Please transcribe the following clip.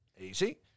Easy